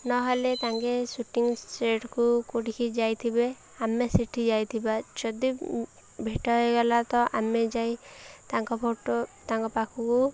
ନହେଲେ ତାଙ୍କେ ସୁଟିଂ ସେଟ୍କୁ କେଉଁଠିକି ଯାଇଥିବେ ଆମେ ସେଇଠି ଯାଇଥିବା ଯଦି ଭେଟ ହେଇଗଲା ତ ଆମେ ଯାଇ ତାଙ୍କ ଫଟୋ ତାଙ୍କ ପାଖକୁ